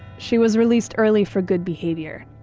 she was released early for good behavior.